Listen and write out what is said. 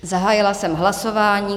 Zahájila jsem hlasování.